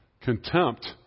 contempt